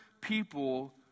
people